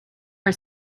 her